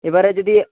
এবারে যদি